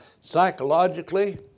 psychologically